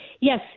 Yes